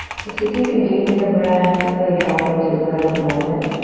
so see if you can deepen your breath and really drop into the present moment.